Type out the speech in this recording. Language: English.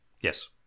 Yes